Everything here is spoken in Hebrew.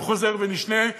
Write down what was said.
החוזר ונשנה,